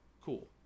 cool